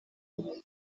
northern